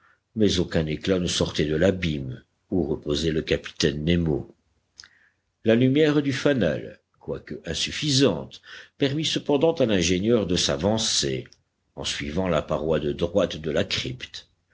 mais aucun éclat ne sortait de l'abîme où reposait le capitaine nemo la lumière du fanal quoique insuffisante permit cependant à l'ingénieur de s'avancer en suivant la paroi de droite de la crypte